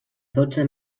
dotze